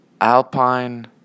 Alpine